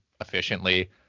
efficiently